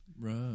right